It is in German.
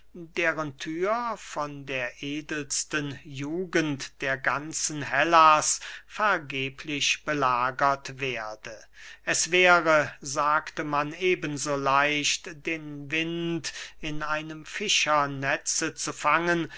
deren thür von der edelsten jugend der ganzen hellas vergeblich belagert werde es wäre sagte man eben so leicht den wind in einem fischernetze zu fangen